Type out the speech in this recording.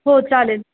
हो चालेल